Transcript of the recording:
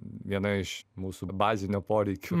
viena iš mūsų bazinio poreikių